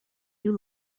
you